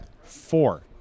Four